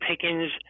Pickens